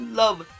love